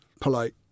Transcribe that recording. polite